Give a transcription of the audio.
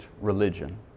religion